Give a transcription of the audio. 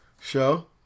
show